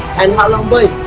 and halong bay,